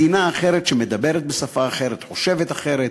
מדינה אחרת, שמדברת בשפה אחרת, חושבת אחרת.